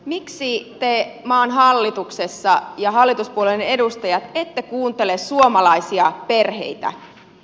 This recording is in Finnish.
miksi te maan hallituksessa ja hallituspuolueiden edustajat ette kuuntele suomalaisia perheitä